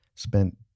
spent